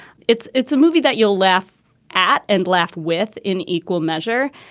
it's it's a movie that you'll laugh at and laugh with in equal measure.